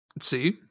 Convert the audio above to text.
See